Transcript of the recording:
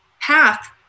path